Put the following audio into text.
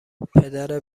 پدر